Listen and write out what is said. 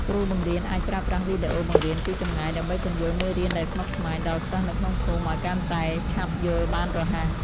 គ្រូបង្រៀនអាចប្រើប្រាស់វីដេអូបង្រៀនពីចម្ងាយដើម្បីពន្យល់មេរៀនដែលស្មុគស្មាញដល់សិស្សនៅក្នុងភូមិឱ្យកាន់តែឆាប់យល់បានរហ័ស។